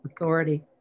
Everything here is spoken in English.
authority